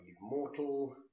mortal